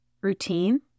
routine